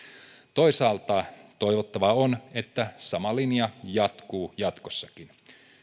toisaalta toivottavaa on että sama linja jatkuu jatkossakin